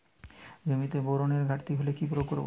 জমিতে বোরনের ঘাটতি হলে কি প্রয়োগ করব?